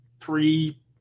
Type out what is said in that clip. Three